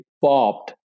popped